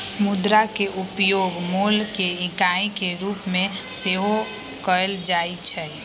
मुद्रा के उपयोग मोल के इकाई के रूप में सेहो कएल जाइ छै